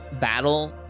battle